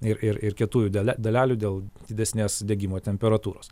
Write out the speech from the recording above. ir ir kietųjų dale dalelių dėl didesnės degimo temperatūros